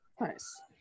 Nice